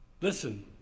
listen